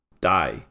die